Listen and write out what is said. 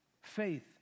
Faith